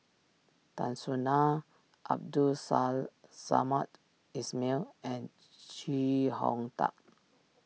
Tan Soo Nan Abdul Sa Samad Ismail and Chee Hong Tat